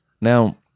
Now